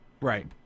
Right